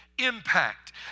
impact